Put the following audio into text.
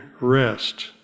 rest